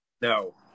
No